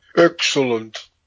Excellent